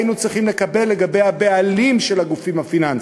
היינו צריכים לקבל לגבי הבעלים של הגופים הפיננסיים.